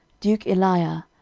duke aliah,